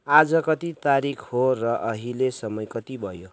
आज कति तारिख हो र अहिले समय कति भयो